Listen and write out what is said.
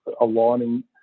aligning